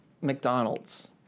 McDonald's